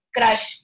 crush